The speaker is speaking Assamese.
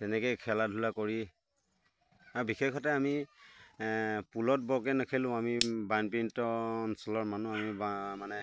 তেনেকেই খেলা ধূলা কৰি আৰু বিশেষতে আমি এ পুলত বৰকৈ নেখেলোঁ আমি বানপীড়িত অঞ্চলৰ মানুহ আমি মানে